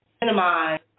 minimize